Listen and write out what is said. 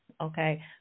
okay